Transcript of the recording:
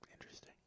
Interesting